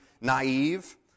naive